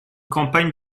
campagne